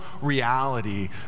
reality